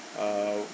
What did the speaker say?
uh oh